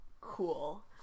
Cool